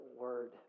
word